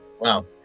Wow